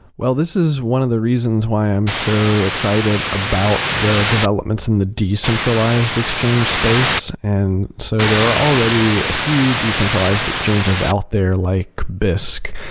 well, this is one of the reasons why i am so excited about the developments in the decentralized exchange space. and so there are already a few decentralized exchanges out there like bisk.